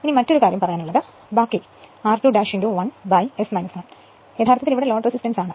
ഈ മറ്റൊരു കാര്യം ബാക്കിയുള്ളത് r2 1S 1 യഥാർത്ഥത്തിൽ ഇവിടെ ലോഡ് റെസിസ്റ്റൻസ് ആണ്